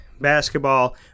basketball